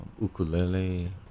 ukulele